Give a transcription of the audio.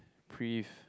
Prive